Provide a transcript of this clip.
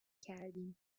کردیم